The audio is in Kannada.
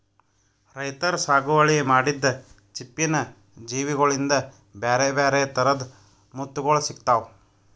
ರೈತರ್ ಸಾಗುವಳಿ ಮಾಡಿದ್ದ್ ಚಿಪ್ಪಿನ್ ಜೀವಿಗೋಳಿಂದ ಬ್ಯಾರೆ ಬ್ಯಾರೆ ಥರದ್ ಮುತ್ತುಗೋಳ್ ಸಿಕ್ತಾವ